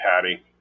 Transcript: Patty